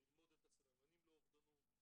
ללמוד את הסממנים לאובדנות,